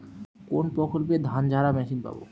কোনপ্রকল্পে ধানঝাড়া মেশিন পাব?